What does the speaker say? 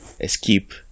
escape